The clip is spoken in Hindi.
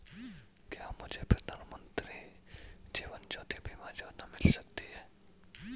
क्या मुझे प्रधानमंत्री जीवन ज्योति बीमा योजना मिल सकती है?